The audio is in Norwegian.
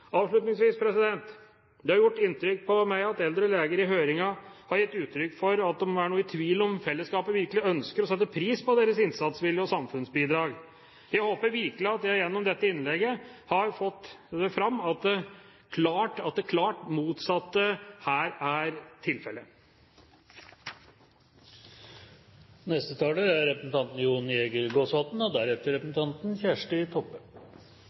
Avslutningsvis: Det har gjort inntrykk på meg at eldre leger i høringen har gitt uttrykk for at de er noe i tvil om fellesskapet virkelig ønsker og setter pris på deres innsatsvilje og samfunnsbidrag. Jeg håper virkelig at jeg gjennom dette innlegget har fått fram at det klart motsatte er tilfellet. Ved behandlingen av legeloven i 1980 ble det